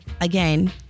again